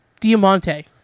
Diamante